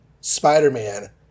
Spider-Man